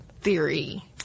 theory